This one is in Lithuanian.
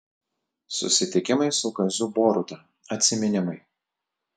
susitikimai su kaziu boruta atsiminimai